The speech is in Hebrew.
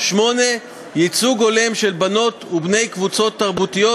8. ייצוג הולם של בנות ובני קבוצות תרבותיות,